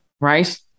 right